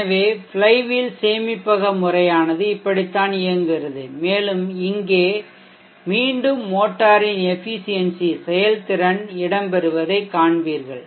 எனவே ஃப்ளைவீல் சேமிப்பக முறையானது இப்படித்தான் இயங்குகிறது மேலும் இங்கே மீண்டும் மோட்டரின் எஃபிசியென்சி செயல்திறன் இடம்பெறுவதை காண்பீர்கள்